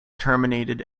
terminated